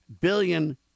billion